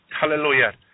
Hallelujah